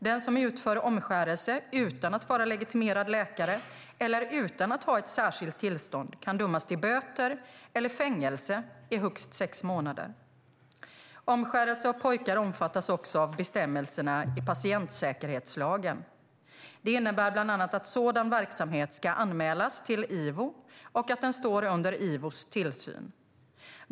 Den som utför omskärelse utan att vara legitimerad läkare eller utan att ha ett särskilt tillstånd kan dömas till böter eller fängelse i högst sex månader. Omskärelse av pojkar omfattas också av bestämmelserna i patientsäkerhetslagen. Det innebär bland annat att sådan verksamhet ska anmälas till IVO och att den står under IVO:s tillsyn.